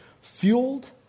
fueled